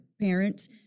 parents